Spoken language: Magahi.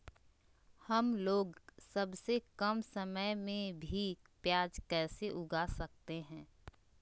हमलोग सबसे कम समय में भी प्याज कैसे उगा सकते हैं?